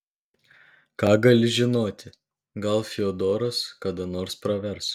ką gali žinoti gal fiodoras kada nors pravers